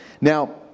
Now